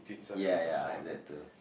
ya ya I have that too